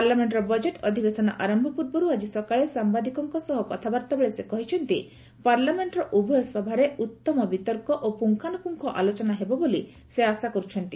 ପାର୍ଲାମେଣ୍ଟର ବଜେଟ୍ ଅଧିବେଶନ ଆରମ୍ଭ ପୂର୍ବରୁ ଆଜି ସକାଳେ ସାମ୍ବାଦିକମାନଙ୍କ ସହ କଥାବାର୍ତ୍ତାବେଳେ ସେ କହିଛନ୍ତି ପାର୍ଲାମେଣ୍ଟର ଉଭୟ ସଭାରେ ଉତ୍ତମ ବିତର୍କ ଓ ପୁଙ୍ଗାନୁପୁଙ୍ଗ ଆଲୋଚନା ହେବ ବୋଲି ସେ ଆଶା କରୁଛନ୍ତି